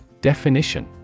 Definition